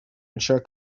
ensure